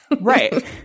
Right